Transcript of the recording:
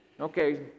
Okay